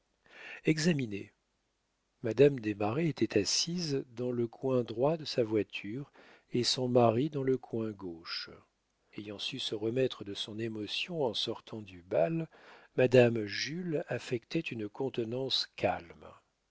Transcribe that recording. examinez madame desmarets était assise dans le coin droit de sa voiture et son mari dans le coin gauche ayant su se remettre de son émotion en sortant du bal madame jules affectait une contenance calme